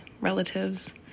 relatives